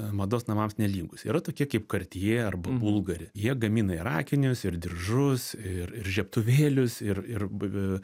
mados namams nelygūs yra tokie kaip kartjė arba bulgari jie gamina ir akinius ir diržus ir ir žiebtuvėlius ir ir v